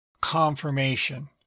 confirmation